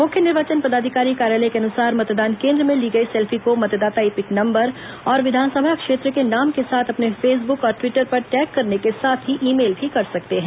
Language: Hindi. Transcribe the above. मुख्य निर्वाचन पदाधिकारी कार्यालय के अनुसार मतदान केन्द्र में ली गई सेल्फी को मतदाता ईपिक नम्बर और विधानसभा क्षेत्र के नाम के साथ अपने फेसबुक और टिवटर पर टैग करने के साथ ही ई मेल भी कर सकते हैं